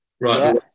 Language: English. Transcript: right